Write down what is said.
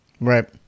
Right